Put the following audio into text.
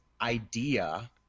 idea